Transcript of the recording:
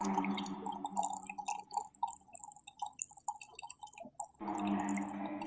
അ ആ അ അ ഓക്കെ